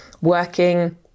working